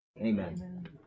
Amen